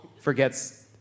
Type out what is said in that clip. forgets